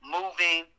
moving